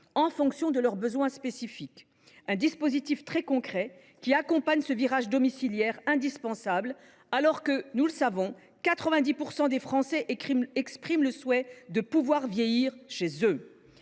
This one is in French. en fonction de leurs besoins spécifiques. Il s’agit d’un dispositif très concret, qui accompagne ce virage domiciliaire indispensable, alors que 90 % des Français expriment le souhait de vieillir chez eux.